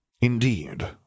Indeed